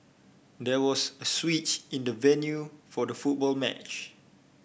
there was a switch in the venue for the football match